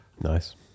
nice